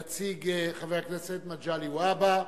יציג חבר הכנסת מגלי והבה,